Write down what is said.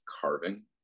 carving